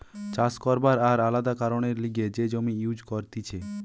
চাষ করবার আর আলাদা কারণের লিগে যে জমি ইউজ করতিছে